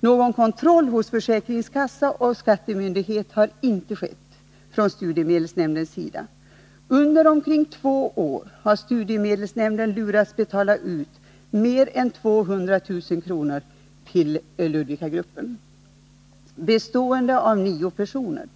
Någon kontroll hos försäkringskassa och skattemyndighet har inte skett från studiestödsnämndens sida. Under omkring två år har studiestödsnämnden lurats att betala ut mer än 200 000 kr. till Ludvikagruppen, bestående av nio personer.